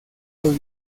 los